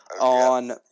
on